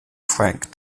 frank